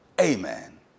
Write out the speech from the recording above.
amen